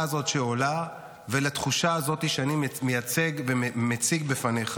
הזאת שעולה ועל התחושה הזאת שאני מייצג ומציג בפניך?